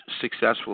successful